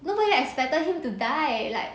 nobody expected him to die like